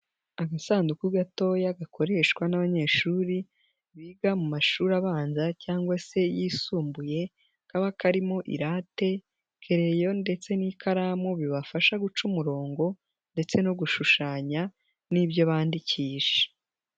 Agasanduku gatoya gakoreshwa n'abanyeshuri biga mu mashuri abanza cyangwa se yisumbuye, kaba karimo irate, kereyo ndetse n'ikaramu, bibafasha guca umurongo ndetse no gushushanya, n'ibyo bandikisha.